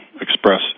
express